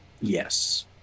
yes